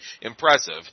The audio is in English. impressive